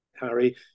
Harry